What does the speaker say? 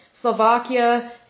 Slovakia